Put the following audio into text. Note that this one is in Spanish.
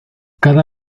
cada